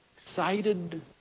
Excited